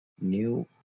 new